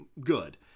good